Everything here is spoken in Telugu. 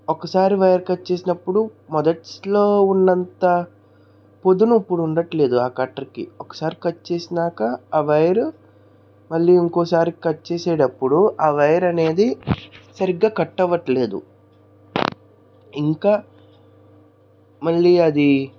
ఒకసారి వైర్ కట్ చేసినప్పుడు మొదట్లో ఉన్నంత పదును ఇప్పుడు ఉండట్లేదు ఆ కట్టర్కి ఒకసారి కట్ చేసినాక ఆ వైరు మళ్ళీ ఇంకోసారి కట్ చేసేటప్పుడు ఆ వైర్ అనేది సరిగ్గా కట్టవట్లేదు ఇంకా మళ్ళీ అది